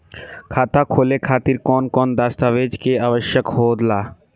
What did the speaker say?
खाता खोले खातिर कौन कौन दस्तावेज के आवश्यक होला?